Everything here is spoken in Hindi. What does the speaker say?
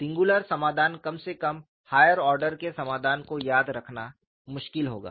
सिंगुलर समाधान कम से कम हायर ऑर्डर के समाधान को याद रखना मुश्किल होगा